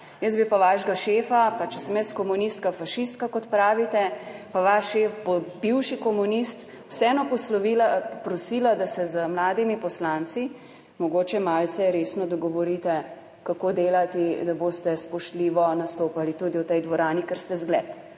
Jaz bi pa vašega šefa, pa če sem jaz komunistka, fašistka, kot pravite, pa vaš šef, bivši komunist, vseeno prosila, da se z mladimi poslanci mogoče malce resno dogovorite, kako delati, da boste spoštljivo nastopali tudi v tej dvorani, ker ste zgled